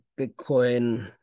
Bitcoin